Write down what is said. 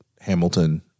Hamilton